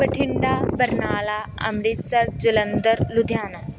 Bathinda Barnala Amritsar Jalandhar Ludhiana